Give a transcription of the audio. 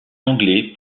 anglais